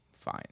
fine